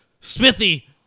Smithy